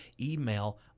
email